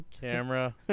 Camera